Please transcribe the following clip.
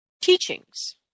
teachings